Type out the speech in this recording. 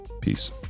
peace